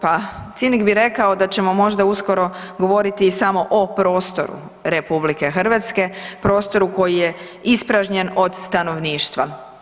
Pa, cinik bi rekao da ćemo možda uskoro govoriti samo o prostoru RH, prostoru koji je ispražnjen od stanovništva.